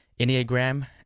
Enneagram